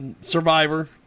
Survivor